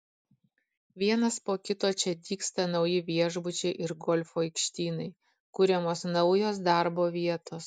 vienas po kito čia dygsta nauji viešbučiai ir golfo aikštynai kuriamos naujos darbo vietos